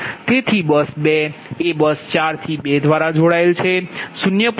તેથી બસ 2 એ બસ4 થી 2 દ્વારા જોડાયેલ છે 0